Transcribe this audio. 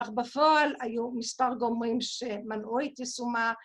‫אך בפועל היו מספר גומרים ‫שמנעו את ישומה.